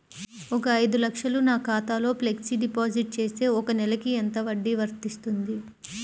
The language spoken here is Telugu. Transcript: ఒక ఐదు లక్షలు నా ఖాతాలో ఫ్లెక్సీ డిపాజిట్ చేస్తే ఒక నెలకి ఎంత వడ్డీ వర్తిస్తుంది?